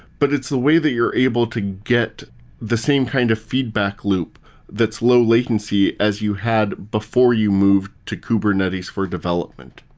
but it's the way that you're able to get the same kind of feedback loop that's low latency as you had before you move to kubernetes for development.